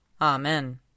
Amen